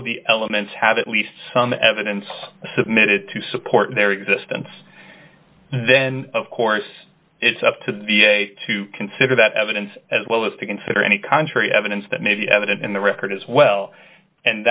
of the elements have at least some evidence submitted to support their existence then of course it's up to the to consider that evidence as well as to consider any contrary evidence that may be evident in the record as well and